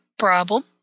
problem